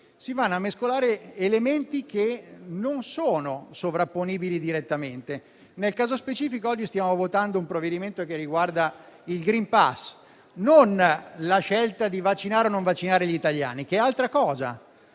si vanno a mescolare elementi che non sono sovrapponibili direttamente. Nel caso specifico, oggi stiamo votando un provvedimento che riguarda il *green pass*, non la scelta di vaccinare o meno gli italiani, che è altra cosa;